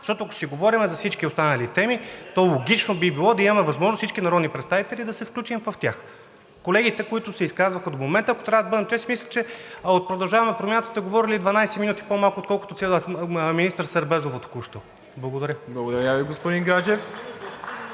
защото, ако си говорим за всички останали теми, то логично би било да има възможност всички народни представители да се включим в тях. Колегите, които се изказаха до момента, ако трябва да бъда честен, мисля, че от „Продължаваме Промяната“ сте говорили 12 минути по-малко, отколкото министър Сербезова току-що. Благодаря. (Ръкопляскания от